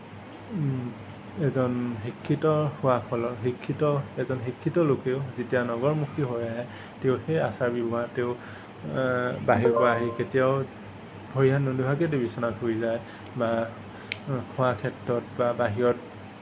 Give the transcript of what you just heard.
এজন শিক্ষিত হোৱাৰ ফলত শিক্ষিত এজন শিক্ষিত লোকেও যেতিয়া নগৰমুখী হৈ আহে তেওঁ সেই আচাৰ ব্যৱহাৰ তেওঁ বাহিৰৰ পৰা আহি কেতিয়াও ভৰি হাত নোধোৱাকেতো বিচনাত শুই যায় বা খোৱাৰ ক্ষেত্ৰত বা বাহিৰত